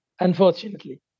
unfortunately